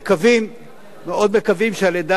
מאוד מקווים שהלידה תהיה מוכנה.